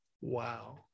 Wow